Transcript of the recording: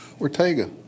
Ortega